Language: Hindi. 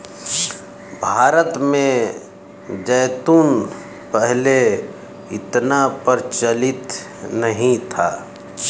भारत में जैतून पहले इतना प्रचलित नहीं था